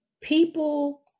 people